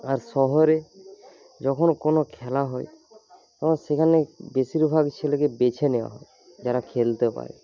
আর শহরে যখন কোনো খেলা হয় তখন সেখানে বেশিরভাগ ছেলেকে বেছে নেওয়া হয় যারা খেলতে পারে